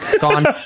Gone